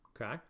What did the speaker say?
okay